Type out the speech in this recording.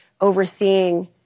overseeing